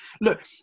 look